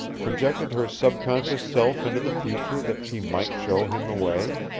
projected her subconscious self into the future that she might show him the way?